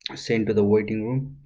sent to the waiting room.